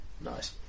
Nice